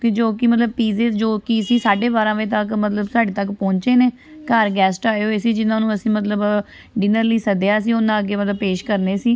ਕਿ ਜੋ ਕਿ ਮਤਲਬ ਪੀਜ਼ੇ ਜੋ ਕਿ ਸੀ ਸਾਢੇ ਬਾਰਾਂ ਵਜੇ ਤੱਕ ਮਤਲਬ ਸਾਡੇ ਤੱਕ ਪਹੁੰਚੇ ਨੇ ਘਰ ਗੈਸਟ ਆਏ ਹੋਏ ਸੀ ਜਿਨ੍ਹਾਂ ਨੂੰ ਅਸੀਂ ਮਤਲਬ ਡਿਨਰ ਲਈ ਸੱਦਿਆ ਸੀ ਉਹਨਾਂ ਅੱਗੇ ਮਤਲਬ ਪੇਸ਼ ਕਰਨੇ ਸੀ